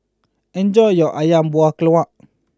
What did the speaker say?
enjoy your Ayam Buah Keluak